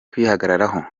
kwihagararaho